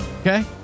Okay